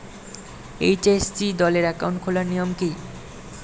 SHG দলের account খোলার নিয়ম কী?